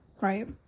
Right